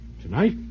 Tonight